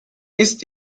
ist